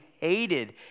hated